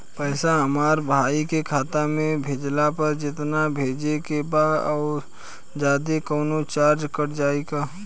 पैसा हमरा भाई के खाता मे भेजला पर जेतना भेजे के बा औसे जादे कौनोचार्ज कट जाई का?